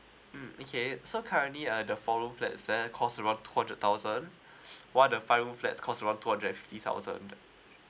mm okay so currently uh the four room flats there cost about two hundred thousand while the five room flat cost around two hundred and fifty thousand